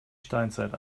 steinzeit